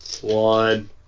one